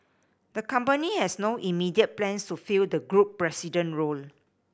the company has no immediate plans to fill the group president role